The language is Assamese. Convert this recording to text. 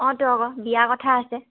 অঁতো আকৌ বিয়াৰ কথা আছে